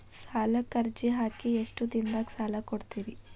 ಸಾಲಕ ಅರ್ಜಿ ಹಾಕಿ ಎಷ್ಟು ದಿನದಾಗ ಸಾಲ ಕೊಡ್ತೇರಿ?